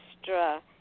extra